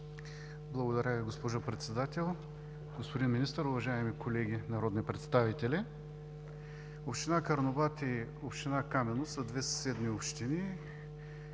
Благодаря Ви, госпожо Председател. Господин Министър, уважаеми колеги народни представители! Община Карнобат и община Камено са две съседни общини.